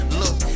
look